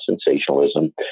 sensationalism